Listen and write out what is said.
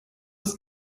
ist